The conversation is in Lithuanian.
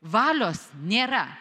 valios nėra